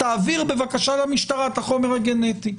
תעביר בבקשה למשטרה את החומר הגנטי.